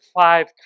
five